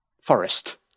forest